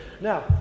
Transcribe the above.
Now